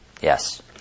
Yes